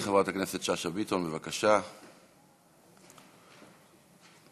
פעם אחר פעם